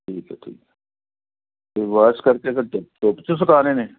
ਠੀਕ ਹੈ ਠੀਕ ਹੈ ਅਤੇ ਵਾਸ਼ ਕਰਕੇ ਫਿਰ ਧੁੱ ਧੁੱਪ 'ਚ ਸੁਕਾ ਦੇਣੇ